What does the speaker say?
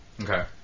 Okay